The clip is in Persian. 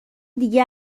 دیگه